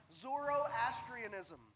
Zoroastrianism